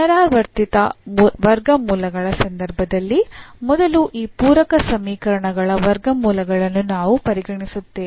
ಪುನರಾವರ್ತಿತ ವರ್ಗಮೂಲಗಳ ಸಂದರ್ಭದಲ್ಲಿ ಮೊದಲು ಈ ಪೂರಕ ಸಮೀಕರಣಗಳ ವರ್ಗಮೂಲಗಳನ್ನು ನಾವು ಪರಿಗಣಿಸುತ್ತೇವೆ